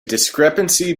discrepancy